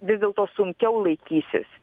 vis dėlto sunkiau laikysis